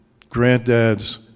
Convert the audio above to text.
granddads